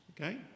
Okay